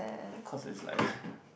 cause it's like